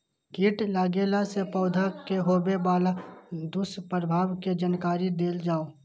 कीट लगेला से पौधा के होबे वाला दुष्प्रभाव के जानकारी देल जाऊ?